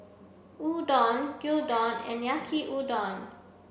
Udon Gyudon and Yaki Udon